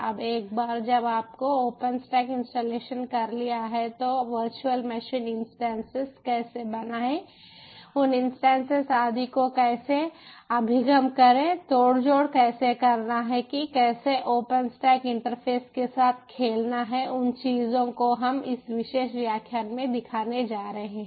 अब एक बार जब आपने ओपनस्टैक इंस्टॉलेशन कर लिया है तो वर्चुअल मशीन इंस्टेंसेस कैसे बनायें उन इंस्टेंसेस आदि को कैसे अभिगम करें उन जोड़ तोड़ कैसे करना है कि कैसे ओपनस्टैक इंटरफेस के साथ खेलना है उन चीजों को हम इस विशेष व्याख्यान में दिखाने जा रहे हैं